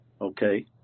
Okay